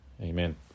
amen